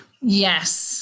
Yes